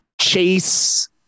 chase